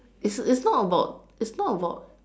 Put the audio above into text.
it's it's not about it's not about